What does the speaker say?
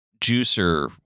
juicer